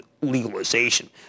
legalization